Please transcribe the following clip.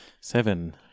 Seven